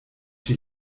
die